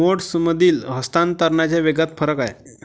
मोड्समधील हस्तांतरणाच्या वेगात फरक आहे